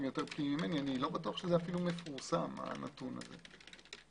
אני אפילו לא בטוח שמפורסם, הנתון הזה.